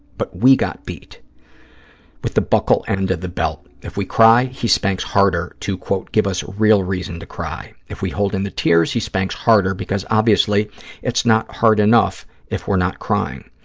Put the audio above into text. but we got beat with the buckle end of the belt. if we cry, he spanks harder to, quote, give us a real reason to cry. if we hold in the tears, he spanks harder because obviously it's not hard enough if we're not crying.